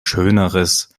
schöneres